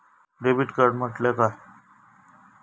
Debit card म्हटल्या काय?